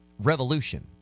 Revolution